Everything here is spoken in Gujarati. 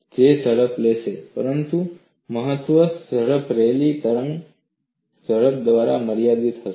તે ઝડપ લેશે પરંતુ મહત્તમ ઝડપ રેલી તરંગ ઝડપ દ્વારા મર્યાદિત હશે